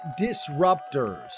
Disruptors